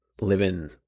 living